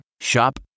Shop